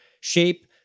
shape